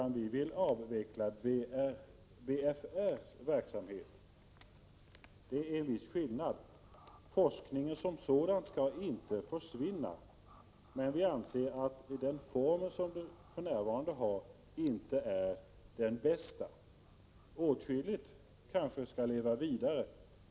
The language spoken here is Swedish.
Vad vi vill avveckla är BFR:s verksamhet — och det är en viss skillnad. Forskningen som sådan skall inte försvinna. Vi anser dock att den form som verksamheten för närvarande har inte är den bästa. Det finns åtskilligt som kanske skall leva vidare.